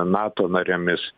nato narėmis